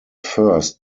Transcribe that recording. first